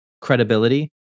credibility